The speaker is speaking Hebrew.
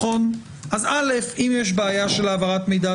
אם יש בעיה של העברת מידע,